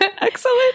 Excellent